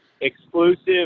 exclusive